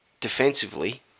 defensively